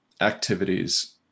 activities